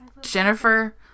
Jennifer